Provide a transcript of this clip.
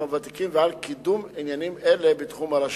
הוותיקים ועל קידום עניינים אלה בתחום הרשות.